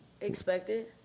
expected